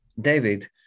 David